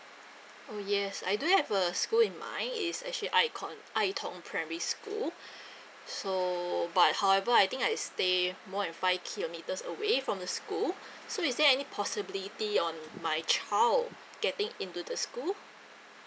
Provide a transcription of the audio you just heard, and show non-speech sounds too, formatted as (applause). oh yes I do have a school in mind is actually icon aitong primary school (breath) so but however I think I stay more than five kilometers away from the school so is there any possibility on my child getting into the school